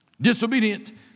Disobedient